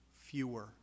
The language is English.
fewer